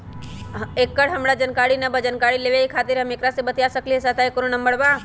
एकर हमरा जानकारी न बा जानकारी लेवे के खातिर हम केकरा से बातिया सकली ह सहायता के कोनो नंबर बा?